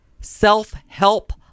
self-help